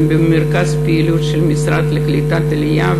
זה במרכז הפעילות של המשרד לקליטת העלייה.